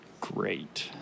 great